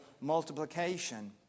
multiplication